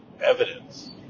evidence